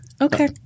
Okay